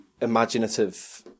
imaginative